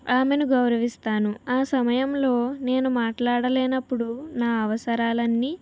ఆమెను గౌరవిస్తాను ఆ సమయంలో నేను మాట్లాడలేనప్పుడు నా అవసరాలన్నీ